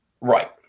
Right